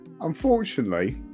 Unfortunately